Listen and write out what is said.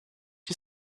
you